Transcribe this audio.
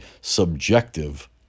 subjective